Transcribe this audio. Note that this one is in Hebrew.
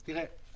תראה,